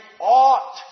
ought